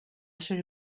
should